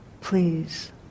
please